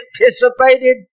anticipated